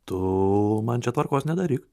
tu man čia tvarkos nedaryk